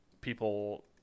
people